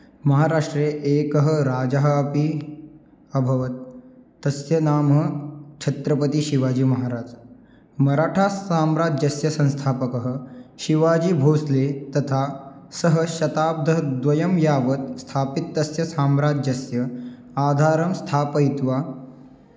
महाराष्ट्रे एकः राजा अपि अभवत् तस्य नाम छत्रपतिशिवाजीमहाराजः मराठासाम्राज्यस्य संस्थापकः शिवाजीभोस्ले तथा सः शताब्दद्वयं यावत् स्थापितस्य साम्राज्यस्य आधारं स्थापयित्वा